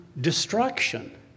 destruction